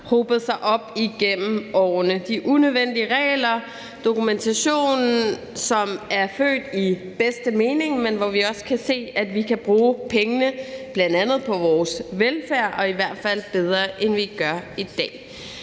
hobet sig op igennem årene: de unødvendige regler, dokumentationen, som er født i den bedste mening, men hvor vi også kan se, at vi kan bruge pengene bl.a. på vores velfærd og i hvert fald bedre, end vi gør i dag.